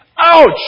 ouch